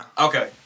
Okay